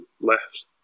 left